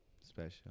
Special